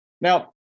Now